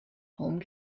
home